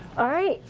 alright,